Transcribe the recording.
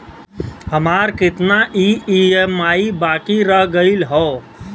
हमार कितना ई ई.एम.आई बाकी रह गइल हौ?